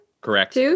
Correct